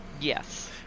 Yes